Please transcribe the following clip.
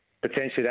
potentially